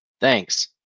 Thanks